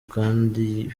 kandi